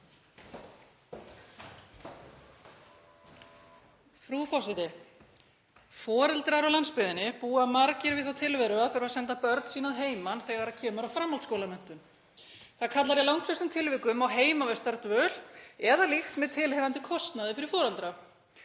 Frú forseti. Foreldrar á landsbyggðinni búa margir við þá tilveru að þurfa að senda börn sín að heiman þegar kemur að framhaldsskólamenntun. Það kallar í langflestum tilvikum á heimavistardvöl eða líkt, með tilheyrandi kostnaði fyrir foreldra.